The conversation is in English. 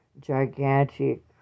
gigantic